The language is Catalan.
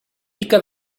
pica